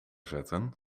zetten